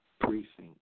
precinct